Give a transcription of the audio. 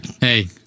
hey